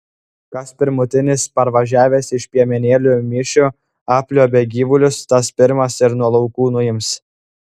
kas pirmutinis parvažiavęs iš piemenėlių mišių apliuobia gyvulius tas pirmas ir nuo laukų nuims